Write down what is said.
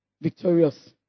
victorious